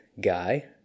guy